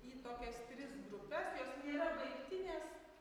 į tokias tris grupes jos nėra baigtinės